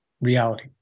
reality